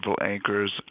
anchors